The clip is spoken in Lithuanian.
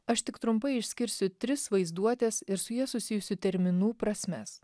aš tik trumpai išskirsiu tris vaizduotės ir su ja susijusių terminų prasmes